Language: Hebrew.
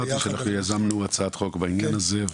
אנחנו יזמנו הצעת חוק בעניין הזה,